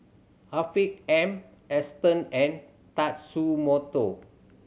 Afiq M Aston N and Tatsumoto